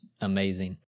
amazing